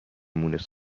مونس